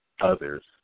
others